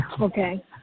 Okay